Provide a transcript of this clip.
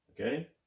Okay